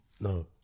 No